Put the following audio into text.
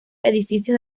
edificios